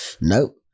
Nope